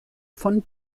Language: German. von